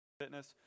fitness